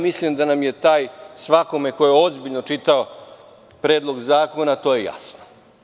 Mislim da je svakome ko je ozbiljno čitao Predlog zakona to jasno.